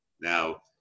Now